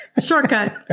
Shortcut